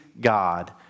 God